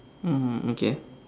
mm okay